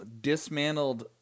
dismantled